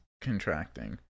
contracting